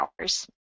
hours